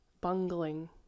Bungling